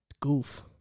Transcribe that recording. Goof